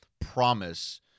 promise